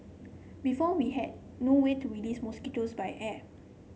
before we had no way to release mosquitoes by air